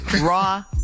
Raw